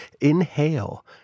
inhale